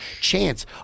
Chance